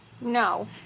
No